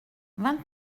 vingt